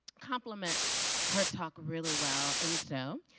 compliments her talk really well. and, so,